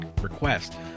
request